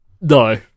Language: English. No